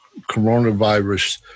coronavirus